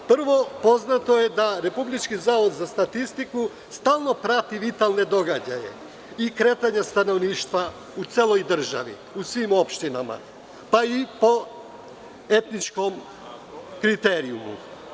Prvo, poznato je da Republički zavod za statistiku stalno prati vitalne događaje i kretanje stanovništva u celoj državi, u svim opštinama, pa i po etničkom kriterijumu.